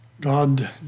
God